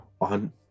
on